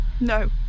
no